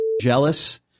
jealous